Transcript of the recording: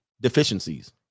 deficiencies